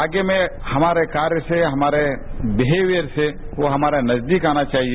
आगे में हमारे कार्य से हमारे बिहेवियर से नजदीक आना चाहिए